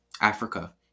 Africa